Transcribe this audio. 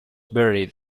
buried